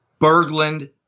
Berglund